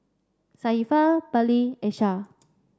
Safiya Bali and Shah